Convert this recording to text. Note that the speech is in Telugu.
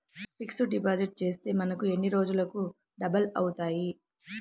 ఫిక్సడ్ డిపాజిట్ చేస్తే మనకు ఎన్ని రోజులకు డబల్ అవుతాయి?